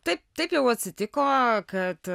taip taip jau atsitiko kad